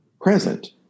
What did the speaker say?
present